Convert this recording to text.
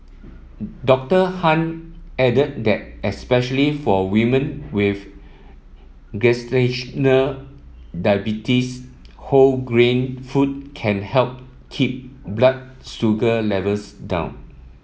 Doctor Han added that especially for women with gestational diabetes whole grain food can help keep blood sugar levels down